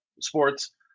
sports